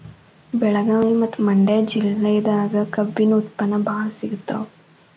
ಬೆಳಗಾವಿ ಮತ್ತ ಮಂಡ್ಯಾ ಜಿಲ್ಲೆದಾಗ ಕಬ್ಬಿನ ಉತ್ಪನ್ನ ಬಾಳ ಸಿಗತಾವ